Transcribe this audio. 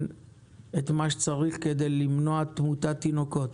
את מה שצריך כדי למנוע תמותת תינוקות.